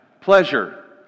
Pleasure